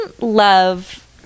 love